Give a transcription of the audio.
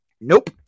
Nope